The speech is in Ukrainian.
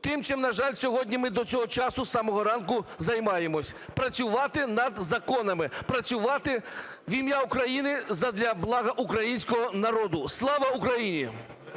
тим, чим, на жаль, сьогодні ми до цього часу з самого ранку займаємося. Працювати над законами, працювати в ім'я України, задля блага українського народу. Слава Україні!